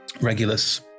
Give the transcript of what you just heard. regulus